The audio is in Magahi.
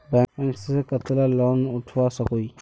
बैंक से कतला लोन उठवा सकोही?